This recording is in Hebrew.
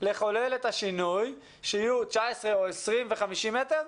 לחולל את השינוי שיהיו 19 או 20 ילדים ו-50 מטרים?